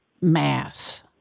Mass